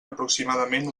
aproximadament